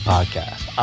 Podcast